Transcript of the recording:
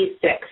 six